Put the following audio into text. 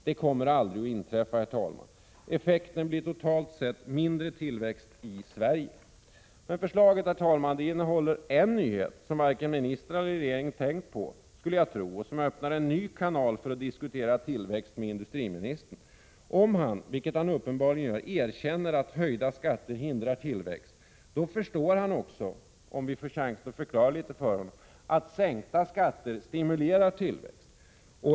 Det kommer aldrig att inträffa. Effekten blir totalt sett mindre tillväxt i Sverige. Förslaget innehåller dock en nyhet, herr talman, som varken ministrar eller regering har tänkt på och som öppnar en ny kanal för att diskutera tillväxt med industriministern. Om han, vilket han uppenbarligen gör, erkänner att höjda skatter hindrar tillväxt förstår han också att sänkta skatter stimulerar tillväxt.